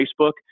facebook